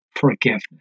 forgiveness